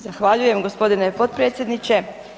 Zahvaljujem g. potpredsjedniče.